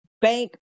bank